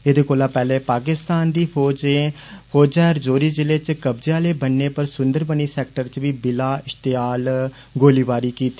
एदे कोला पैहलें पाकिस्तान दी फौजे राजौरी जिले च कब्जे आले बन्ने पर सुंदरबनी सैक्टर च बी बिला इप्तेयाल गोलीबारी कीती